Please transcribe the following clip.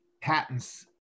patents